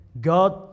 God